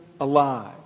alive